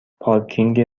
پارکینگ